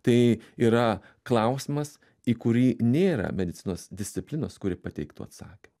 tai yra klausimas į kurį nėra medicinos disciplinos kuri pateiktų atsakymą